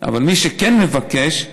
אבל מי שכן מבקש,